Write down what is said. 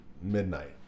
midnight